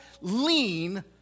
lean